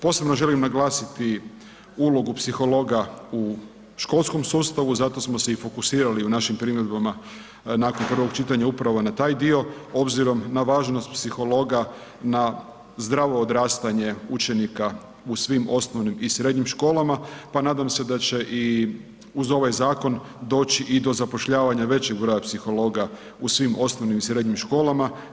Posebno želim naglasiti ulogu psihologa u školskom sustavu, zato smo se i fokusirali u našim primjedbama nakon prvog čitanja upravo na taj dio obzirom na važnost psihologa na zdravo odrastanje učenika u svim osnovnim i srednjim školama, pa nadam se da će i uz ovaj zakon doći i do zapošljavanja većeg broja psihologa u svim osnovnim i srednjim školama.